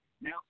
Now